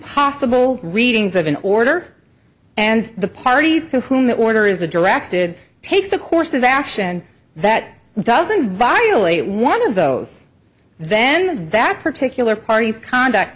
possible readings of an order and the party to whom that order is a directed takes a course of action that doesn't violate one of those then that particular party is conduct